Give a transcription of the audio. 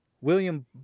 William